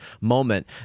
moment